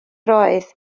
roedd